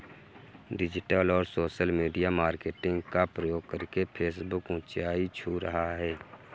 digital और social media marketing का प्रयोग करके फेसबुक ऊंचाई छू रहा है